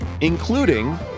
including